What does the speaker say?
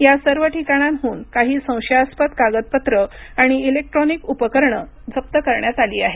या सर्व ठिकाणांहून काही संशयास्पद कागदपत्रं आणि ईलेक्ट्रॉनिक उपकरण जप्त करण्यात आली आहेत